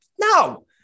no